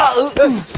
open